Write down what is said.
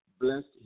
blessed